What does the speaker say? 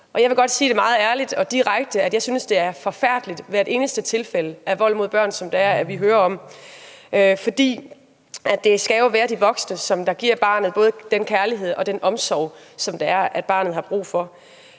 jeg vil godt sige meget ærligt og direkte, at jeg synes, at hvert eneste tilfælde af vold mod børn, som vi hører om, er forfærdeligt. For det skal jo være de voksne, som giver barnet både den kærlighed og den omsorg, som barnet har brug for.